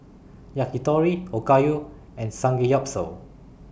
Yakitori Okayu and Samgeyopsal